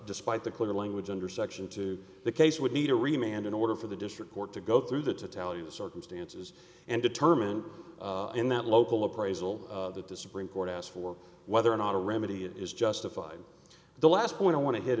despite the clear language under section two the case would need to remain and in order for the district court to go through that to tell you the circumstances and determined in that local appraisal that the supreme court asked for whether or not a remedy it is justified the last point i want to hit